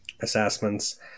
assessments